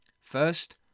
First